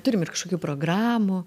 turim ir kažkokių programų